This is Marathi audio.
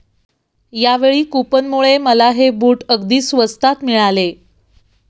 यावेळी कूपनमुळे मला हे बूट अगदी स्वस्तात मिळाले